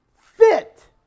fit